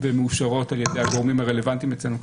ומאושרות על ידי הגורמים הרלוונטיים אצלנו,